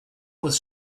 was